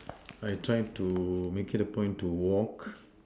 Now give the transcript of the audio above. I try to make it a point to walk